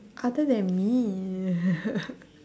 other than me